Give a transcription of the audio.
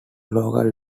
local